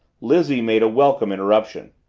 lizzie made a welcome interruption.